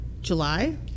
july